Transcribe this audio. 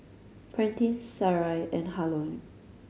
Prentice Sarai and